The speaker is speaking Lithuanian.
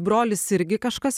brolis irgi kažkas